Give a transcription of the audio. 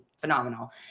phenomenal